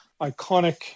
iconic